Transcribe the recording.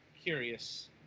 Curious